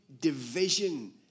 division